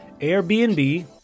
Airbnb